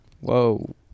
Whoa